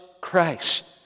Christ